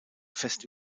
fest